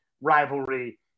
rivalry